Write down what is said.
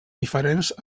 diferents